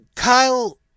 Kyle